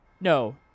No